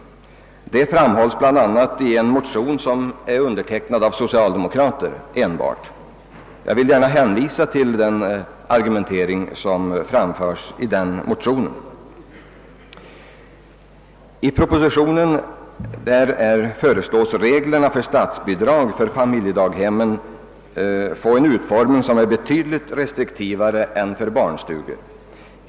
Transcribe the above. Detta framhålles bl.a. i en motion som är undertecknad av enbart socialdemokrater. Jag vill gärna hänvisa till den argumentering som framföres i denna motion. I propositionen föreslås reglerna för statsbidrag för familjedaghemmen få en utformning som är betydligt restriktivare än för barnstugor.